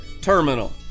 terminal